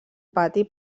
pati